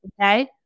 Okay